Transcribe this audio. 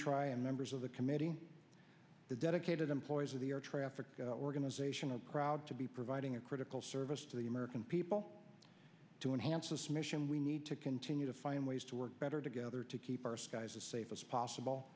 tryon members of the committee the dedicated employees of the air traffic organization are proud to be providing a critical service to the american people to enhance its mission we need to continue to find ways to work better together to keep our skies as safe as possible